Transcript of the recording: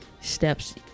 steps